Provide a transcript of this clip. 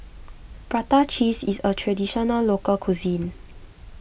Prata Cheese is a Traditional Local Cuisine